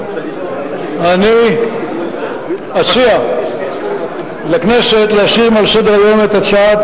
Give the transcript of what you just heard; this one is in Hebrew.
אני אציע לכנסת להסיר מעל סדר-היום את הצעת